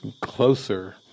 closer